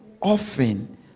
Often